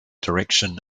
direction